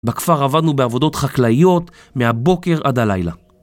בכפר עבדנו בעבודות חקלאיות מהבוקר עד הלילה.